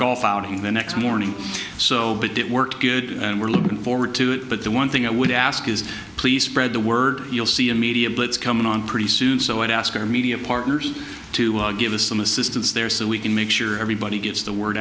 golf outing the next morning so it didn't work good and we're looking forward to it but the one thing i would ask is please spread the word you'll see a media blitz coming on pretty soon so i'd ask our media partners to give us some assistance there so we can make sure everybody gets the word